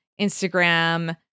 Instagram